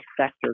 sector